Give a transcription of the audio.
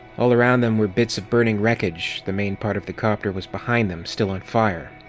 all around them were bits of burning wreckage the main part of the copter was behind them, still on fire.